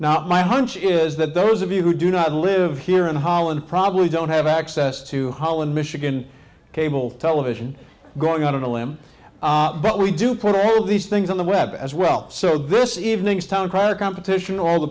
now my hunch is that those of you who do not live here in holland probably don't have access to holland michigan cable television going out on a limb but we do put all these things on the web as well so this is evenings town crier competition all the